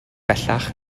bellach